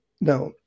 now